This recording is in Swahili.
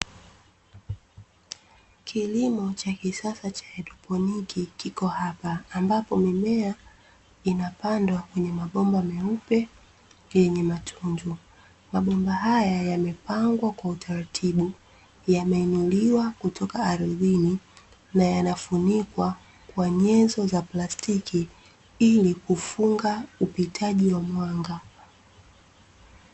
Kilimo cha kisasa cha haidroponiki kiko hapa ambapo mimea inapandwa kwenye mabomba meupe yenye matundu. Mabomba haya yamepangwa kwa utaratibu yameinuliwa kutoka ardhini na yanafunikwa kwa nyenzo za plastiki ili kufunga upitaji wa mwanga.